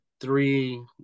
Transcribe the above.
three